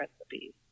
recipes